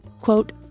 quote